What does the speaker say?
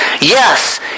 Yes